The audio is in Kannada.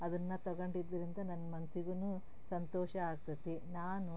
ಅದನ್ನ ತಗೊಂಡಿದ್ರಿಂದ ನನ್ನ ಮನ್ಸಿಗೂ ಸಂತೋಷ ಆಗ್ತೈತಿ ನಾನು